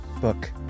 book